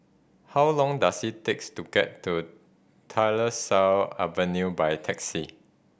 how long does it takes to get to Tyersall Avenue by taxi